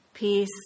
peace